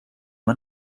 man